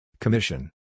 Commission